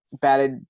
batted